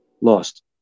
Lost